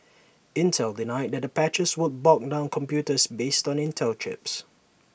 Intel denied that the patches would bog down computers based on Intel chips